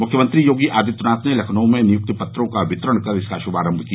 मुख्यमंत्री योगी आदित्यनाथ ने लखनऊ में नियुक्ति पत्रों का वितरण कर इसका श्भारम्भ किया